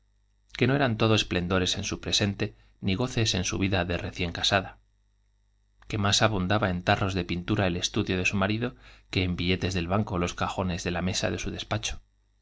que no eran todo esplendores en su presente ni goces en su vida de recién casada que más abundaba en tarros de pintura el estudio de su marido que en billetes del banco los cajones de la mesa de su despacho